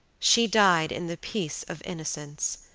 she died in the peace of innocence,